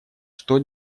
что